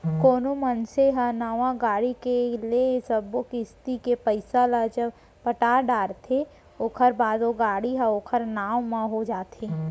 कोनो मनसे ह नवा गाड़ी के ले सब्बो किस्ती के पइसा ल जब पटा डरथे ओखर बाद ओ गाड़ी ह ओखर नांव म हो जाथे